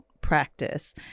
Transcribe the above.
practice